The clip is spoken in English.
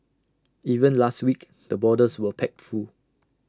even last week the borders were packed full